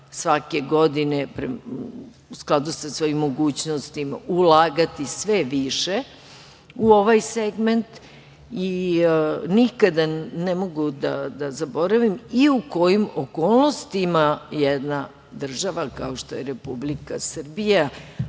svake godine, u skladu sa svojim mogućnostima, ulagati sve više u ovaj segment i nikada ne mogu da zaboravim i u kojim okolnostima jedna država, kao što je Republika Srbija,